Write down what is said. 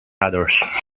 others